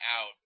out